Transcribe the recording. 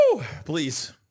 Please